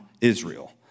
Israel